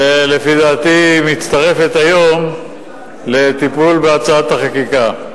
ולפי דעתי מצטרפת היום לטיפול בהצעת החקיקה.